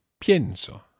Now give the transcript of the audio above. pienso